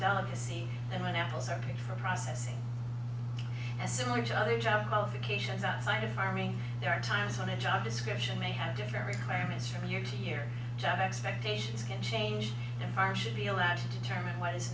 delicacy than when applies are picked for processing and similar to other job qualifications outside of farming there are times when a job description may have different requirements from year to yearh job expectations can change and farms should be allowed to determine what is